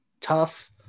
tough